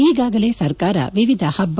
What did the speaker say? ಈಗಾಗಲೇ ಸರ್ಕಾರ ವಿವಿಧ ಹಬ್ಬ